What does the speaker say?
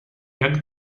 jak